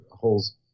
holes